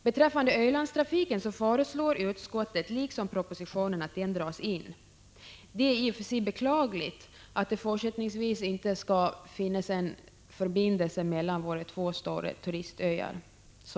Beträffande Ölandstrafiken föreslår man i utskottsbetänkandet liksom i propositionen att den skall dras in. Det är i och för sig beklagligt att det fortsättningsvis inte skall finnas en förbindelse sommartid mellan våra två stora turistöar.